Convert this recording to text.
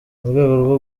murwego